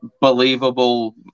believable